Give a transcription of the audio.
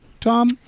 Tom